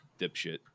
dipshit